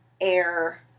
air